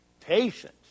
Patience